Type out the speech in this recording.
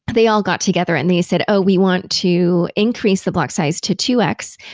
but they all got together and they said, oh, we want to increase the block size to two x,